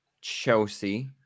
Chelsea